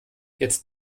jetzt